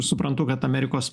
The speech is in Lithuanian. suprantu kad amerikos